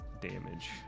Damage